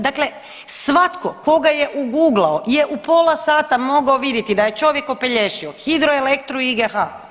Dakle, svatko tko ga je uguglao je u pola sata mogao vidjeti da je čovjek opelješio Hidroelektru i IGH.